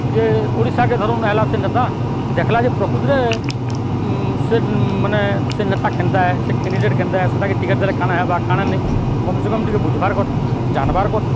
ଯେ ଓଡ଼ିଶାକେ ଧରନ୍ ଆଏଲା ସେ ନେତା ଦେଖ୍ଲା ଯେ ପ୍ରକୃତ୍ରେ ସେମାନେ ସେ ନେତା କେନ୍ତା ଏ ସେ କେଣ୍ଡିଡ଼େଟ୍ କେନ୍ତା ଏ ସେଟାକେ ଟିକେଟ୍ ଦେଲେ କାଣା ହେବା କାଣା ନି କମ୍ସେ କମ୍ ଟିକେ ବୁଝବାର୍ କଥା ଜାଣ୍ବାର୍ କଥା